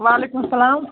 وعلیکُم اسَلام